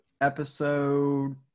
episode